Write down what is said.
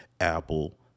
Apple